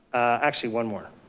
actually one more.